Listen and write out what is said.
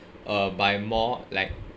uh by more like